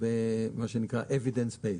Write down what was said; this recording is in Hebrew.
במה שנקרא: evidence based.